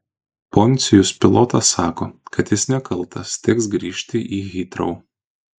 poncijus pilotas sako kad jis nekaltas teks grįžti į hitrou